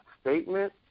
statement